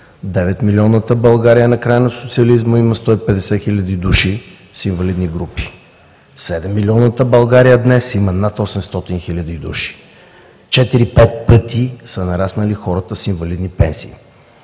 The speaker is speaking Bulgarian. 9 милионната България на края на социализма има 150 хиляди души с инвалидни групи, 7-милионната България днес има над 800 хиляди души. Четири-пет пъти са нараснали хората с инвалидни пенсии.